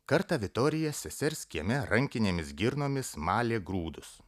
kartą vitorija sesers kieme rankinėmis girnomis malė grūdus